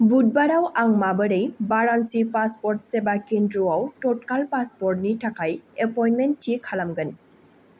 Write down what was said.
बुधबाराव आं माबोरै बारान्सि पासपर्ट सेबा केन्द्रआव टटकाल पासपर्टनि थाखाय एपयन्टमेन्ट थिक खालामगोन